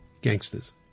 gangsters